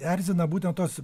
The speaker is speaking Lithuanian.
erzina būtent tos